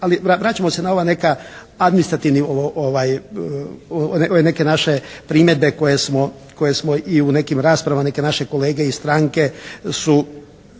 Ali vraćamo se na ova neka administrativni, ove neke naše primjedbe koje smo i u nekim raspravama neke naše kolege i stranke su